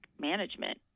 management